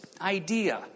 idea